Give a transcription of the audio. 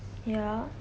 ya